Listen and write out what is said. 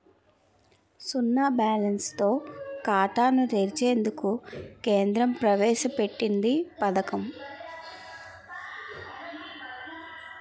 సున్నా బ్యాలెన్స్ తో ఖాతాను తెరిచేందుకు కేంద్రం ప్రవేశ పెట్టింది పథకం